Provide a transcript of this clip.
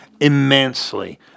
immensely